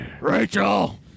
Rachel